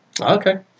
Okay